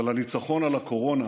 אבל הניצחון על הקורונה